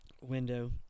window